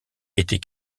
était